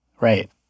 Right